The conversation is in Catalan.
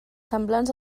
semblants